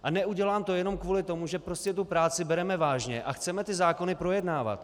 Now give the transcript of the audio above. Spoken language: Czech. A neudělám to jenom kvůli tomu, že prostě tu práci bereme vážně a chceme ty zákony projednávat.